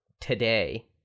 today